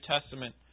Testament